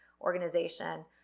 organization